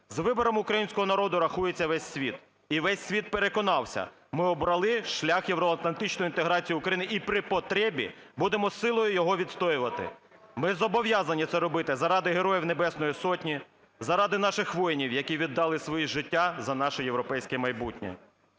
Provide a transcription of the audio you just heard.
з вибором українського народу рахується весь світ, і весь світ переконався: ми обрали шлях євроатлантичної інтеграції України і при потребі будемо силою його відстоювати. Ми зобов'язані це робити. Заради героїв Небесної Сотні, заради наших воїнів, які віддали своє життя за наше європейське майбутнє.